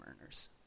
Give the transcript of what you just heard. earners